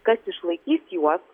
kas išlaikys juos